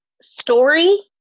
story